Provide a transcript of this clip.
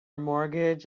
mortgage